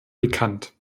bekannt